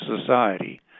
society